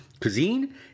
cuisine